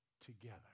together